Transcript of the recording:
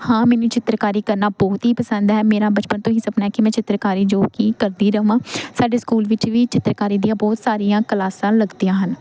ਹਾਂ ਮੈਨੂੰ ਚਿੱਤਰਕਾਰੀ ਕਰਨਾ ਬਹੁਤ ਹੀ ਪਸੰਦ ਹੈ ਮੇਰਾ ਬਚਪਨ ਤੋਂ ਹੀ ਸਪਨਾ ਕਿ ਮੈਂ ਚਿੱਤਰਕਾਰੀ ਜੋ ਕਿ ਕਰਦੀ ਰਹਾਂ ਸਾਡੇ ਸਕੂਲ ਵਿੱਚ ਵੀ ਚਿੱਤਰਕਾਰੀ ਦੀਆਂ ਬਹੁਤ ਸਾਰੀਆਂ ਕਲਾਸਾਂ ਲੱਗਦੀਆਂ ਹਨ